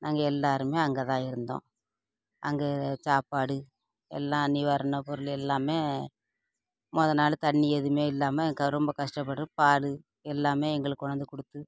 நாங்கள் எல்லோருமே அங்கே தான் இருந்தோம் அங்கே சாப்பாடு எல்லாம் நிவாரண பொருள் எல்லாம் முத நாள் தண்ணி எதுவுமே இல்லாமல் ரொம்ப கஷ்டப்பட்டு பால் எல்லாம் எங்களுக்கு கொண்டார்ந்து கொடுத்து